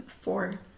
four